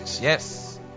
Yes